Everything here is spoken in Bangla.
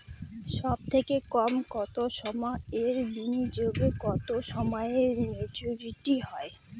সবথেকে কম কতো সময়ের বিনিয়োগে কতো সময়ে মেচুরিটি হয়?